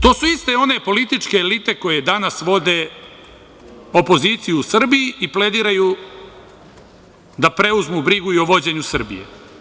To su iste one političke elite koje danas vode opoziciju u Srbiji i plediraju da preuzmu brigu i o vođenju Srbije.